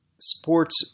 sports